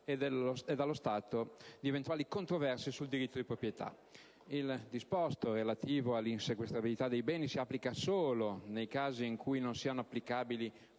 e dallo stato di eventuali controversie sul diritto di proprietà. Il disposto relativo all'insequestrabilità dei beni si applica solo nei casi in cui non siano applicabili